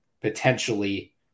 potentially